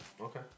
Okay